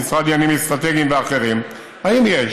המשרד לעניינים אסטרטגיים ואחרים: האם יש